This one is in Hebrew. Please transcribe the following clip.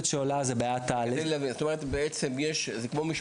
תואר פה שיש מעונות ריקים,